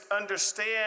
understand